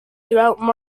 throughout